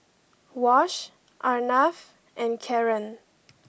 Wash Arnav and Karren